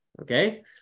okay